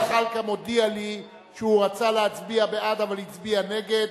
נא להצביע, מי בעד, מי נגד,